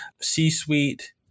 C-suite